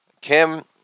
Kim